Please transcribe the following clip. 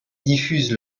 diffuse